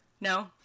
No